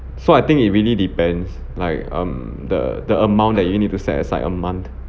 so I think it really depends like um the the amount that you need to set aside a month